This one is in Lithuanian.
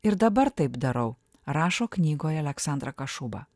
ir dabar taip darau rašo knygoje aleksandra kašuba